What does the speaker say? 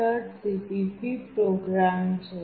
cpp program છે